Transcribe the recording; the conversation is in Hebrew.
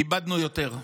איבדנו יותר.